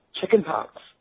chickenpox